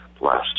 last